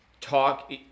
talk